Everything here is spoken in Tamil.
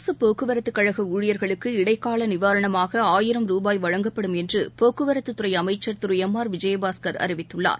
அரசுப் போக்குவரத்துக்கழகஊழியர்களுக்கு இடைக்காலநிவாரணமாகஆயிரம் ரூபாய் வழங்கப்படும் என்றுபோக்குவரத்துத்துறைஅமைச்சர் திருளம் ஆர் விஜயபாஸ்கர் அறிவித்துள்ளார்